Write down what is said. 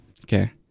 Okay